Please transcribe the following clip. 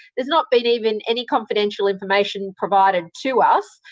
there's not been even any confidential information provided to us,